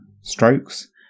strokes